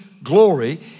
Glory